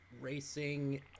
racing